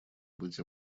быть